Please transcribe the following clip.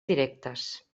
directes